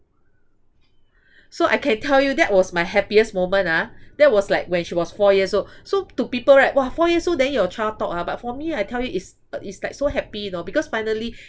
so I can tell you that was my happiest moment ah that was like when she was four years old so to people right !wah! four years old then your child talk ah but for me I tell you it's uh it's like so happy you know because finally